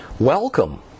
Welcome